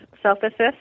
self-assist